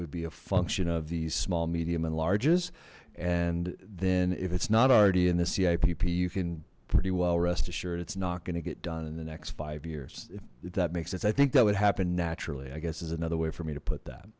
would be a function of these small medium and large iz and then if it's not already in the cip p you can pretty well rest assured it's not going to get done in the next five years if that makes it i think that would happen naturally i guess is another way for me to put th